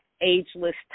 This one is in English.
ageless